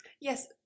Yes